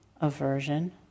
aversion